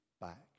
back